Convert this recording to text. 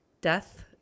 death